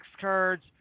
cards